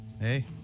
Hey